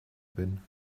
bin